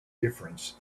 difference